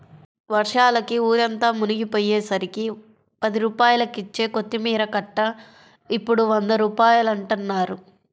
వర్షాలకి ఊరంతా మునిగిపొయ్యేసరికి పది రూపాయలకిచ్చే కొత్తిమీర కట్ట ఇప్పుడు వంద రూపాయలంటన్నారు